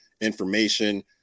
information